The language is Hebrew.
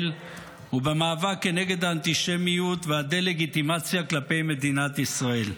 ובמאבק נגד האנטישמיות והדה-לגיטימציה כלפי מדינת ישראל.